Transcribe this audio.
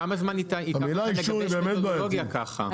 וכמה זמן יידרש לגבש מתודולוגיה ככה?